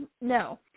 No